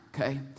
okay